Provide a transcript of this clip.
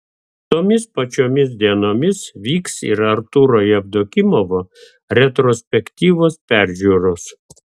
tomis pačiomis dienomis vyks ir artūro jevdokimovo retrospektyvos peržiūros